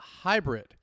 hybrid